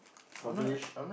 probably